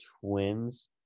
Twins